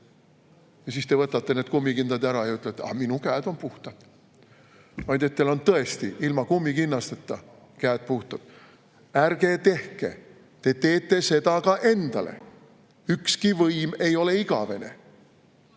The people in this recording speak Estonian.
ja siis te võtate need kummikindad ära ja ütlete, et aga minu käed on puhtad, vaid et teil on tõesti ilma kummikinnasteta käed puhtad. Ärge tehke! Te teete seda ka endale. Ükski võim ei ole igavene.